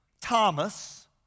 Thomas